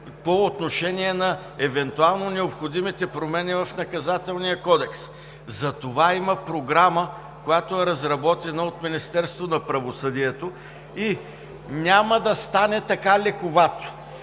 по отношение на евентуално необходимите промени в Наказателния кодекс. За това има програма, която е разработена от Министерството на правосъдието, и няма да стане така лековато.